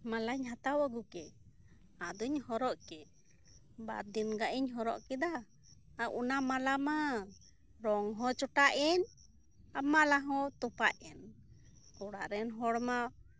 ᱢᱟᱞᱟᱧ ᱦᱟᱛᱟᱣ ᱟᱜᱩ ᱠᱮᱫ ᱟᱫᱚᱧ ᱦᱚᱨᱚᱜ ᱠᱮᱫ ᱵᱟᱨᱫᱤᱱ ᱜᱟᱜ ᱤᱧ ᱦᱚᱨᱚᱜ ᱠᱮᱫᱟ ᱚᱱᱟ ᱢᱟᱞᱟ ᱢᱟ ᱨᱚᱝ ᱦᱚᱸ ᱪᱚᱴᱟᱜ ᱮᱱ ᱢᱟᱞᱟ ᱦᱚᱸ ᱛᱚᱯᱟᱜ ᱮᱱ ᱚᱲᱟᱜ ᱨᱮᱱ ᱦᱚᱲ ᱢᱟ